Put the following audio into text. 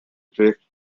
drift